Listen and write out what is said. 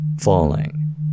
Falling